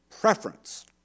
preference